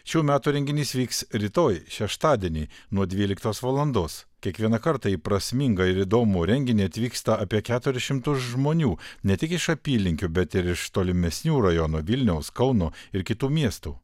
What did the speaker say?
šių metų renginys vyks rytoj šeštadienį nuo dvyliktos valandos kiekvieną kartą į prasmingą ir įdomų renginį atvyksta apie keturis šimtus žmonių ne tik iš apylinkių bet ir iš tolimesnių rajonų vilniaus kauno ir kitų miestų